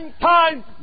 time